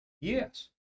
Yes